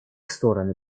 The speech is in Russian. стороны